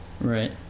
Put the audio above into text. Right